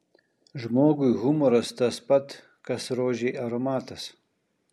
žmogui humoras tas pat kas rožei aromatas